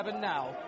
now